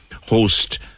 host